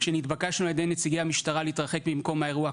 כשנתבקשנו על ידי נציגי המשטרה להתרחק ממקום האירוע,